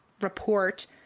report